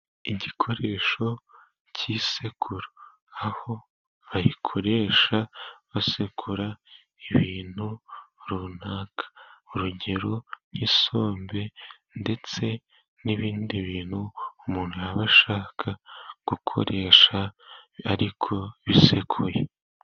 Igikoresho cy'isekuru, aho bayikoresha basekura ibintu runaka, urugero nk'isombe ndetse n'ibindi bintu, umuntu yaba ashaka gukoresha ariko bisekuye.